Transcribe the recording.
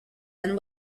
and